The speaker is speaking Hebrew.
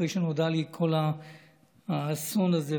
אחרי שנודע לי כל האסון הזה,